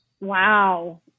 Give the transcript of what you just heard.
Wow